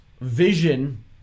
vision